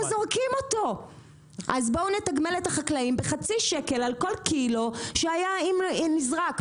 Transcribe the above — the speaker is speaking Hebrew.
זורקים אותו אז בואו נתגמל את החקלאים בחצי שקל על כל קילו שהיה נזרק,